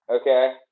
Okay